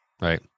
Right